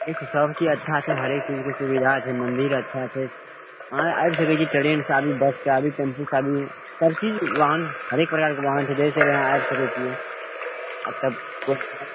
देखऽ सब चीज अच्छा छै हरेक चीजके सुविधा छै मन्दिर अच्छा छै अहाँ आबि सकय छियै ट्रेनसँ आबि बससँ आबि टेम्पूसँ आबि सब चीज वाहन हरेक प्रकारके वाहन छै जइसे भी अहाँ आबि सकय छियै